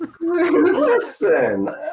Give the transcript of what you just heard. Listen